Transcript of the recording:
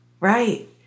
Right